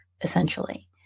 essentially